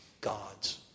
God's